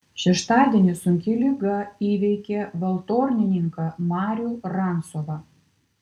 šeštadienį sunki liga įveikė valtornininką marių rancovą